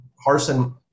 Harson